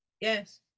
Yes